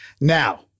Now